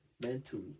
mentally